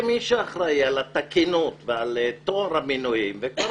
כמי שאחראי על התקינות ועל טוהר המינויים וכבר